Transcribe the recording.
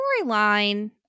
storyline